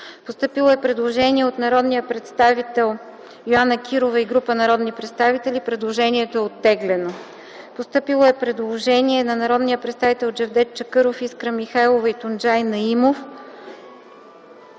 постъпило предложение от народния представител Йоанна Кирова и група народни представители. Комисията подкрепя предложението. Постъпило е предложение от народните представители Джавдет Чакъров, Искра Михайлова и Тунджай Наимов.